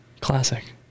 classic